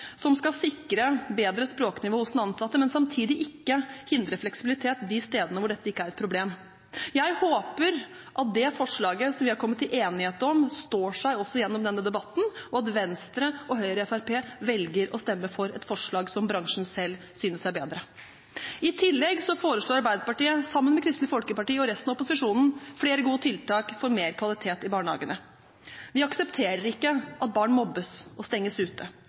som skal sikre bedre språknivå hos den ansatte, men samtidig ikke hindre fleksibilitet de stedene hvor dette ikke er et problem. Jeg håper at det forslaget som vi har kommet til enighet om, står seg også gjennom denne debatten, og at Venstre, Høyre og Fremskrittspartiet velger å stemme for et forslag som bransjen selv synes er bedre. I tillegg foreslår Arbeiderpartiet sammen med Kristelig Folkeparti og resten av opposisjonen flere gode tiltak for mer kvalitet i barnehagene. Vi aksepterer ikke at barn mobbes og stenges ute.